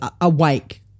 awake